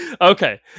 okay